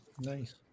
Nice